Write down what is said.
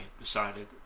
decided